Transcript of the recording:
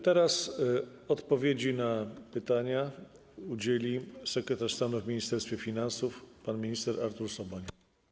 Teraz odpowiedzi na pytania udzieli sekretarz stanu w Ministerstwie Finansów pan minister Artur Soboń.